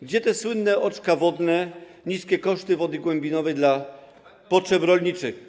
Gdzie są te słynne oczka wodne i niskie koszty wody głębinowej na potrzeby rolnicze?